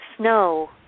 Snow